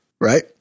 right